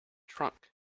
trunk